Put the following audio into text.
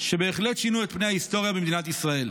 שבהחלט שינו את פני ההיסטוריה במדינת ישראל.